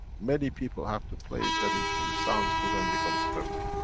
many people have to play it that it sounds good and becomes perfect.